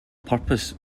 purpose